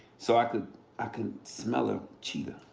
so i can i can smell a cheater.